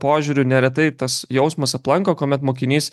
požiūriu neretai tas jausmas aplanko kuomet mokinys